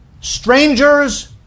strangers